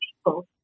people